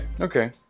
okay